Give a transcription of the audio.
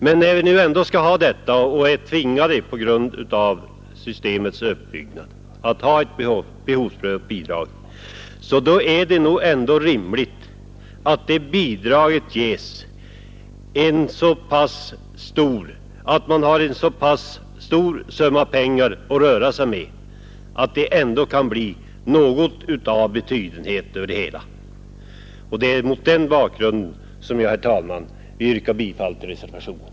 Men när vi nu på grund av systemets uppbyggnad är tvingade att ha ett sådant bidrag, är det väl ändå rimligt att man har en så pass stor summa pengar att röra sig med att denna del av skördeskade skyddet blir av någon betydenhet. Herr talman! Mot denna bakgrund yrkar jag bifall till reservationen 3 av herr Hansson i Skegrie m.fl.